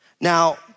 Now